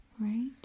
right